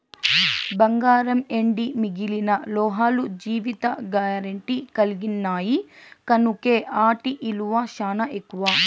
బంగారం, ఎండి మిగిలిన లోహాలు జీవిత గారెంటీ కలిగిన్నాయి కనుకే ఆటి ఇలువ సానా ఎక్కువ